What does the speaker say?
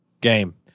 game